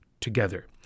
together